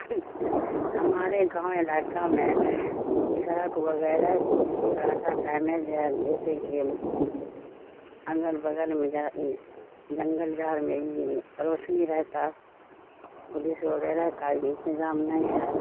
ہمارے گاؤں علاقہ میں سڑک وغیرہ تھوڑا سا ڈیمیج ہے جیسے کہ اغل بغل میں جنگل جھاڑ میں روشنی رہتا پولیس وغیرہ کا انتظام نہیں ہے